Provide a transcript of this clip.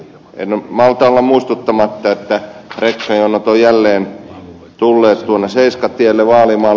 en malta olla muistuttamatta että rekkajonot ovat jälleen tulleet tuonne seiskatielle vaalimalle